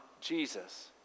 Jesus